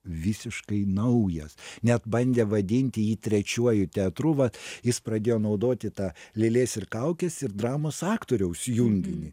visiškai naujas net bandė vadinti jį trečiuoju teatru va jis pradėjo naudoti tą lėlės ir kaukės ir dramos aktoriaus junginį